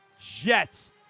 Jets